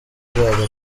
uzajya